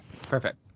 Perfect